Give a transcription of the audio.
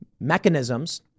mechanisms